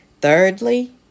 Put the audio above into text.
Thirdly